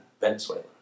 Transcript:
Venezuela